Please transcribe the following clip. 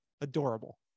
adorable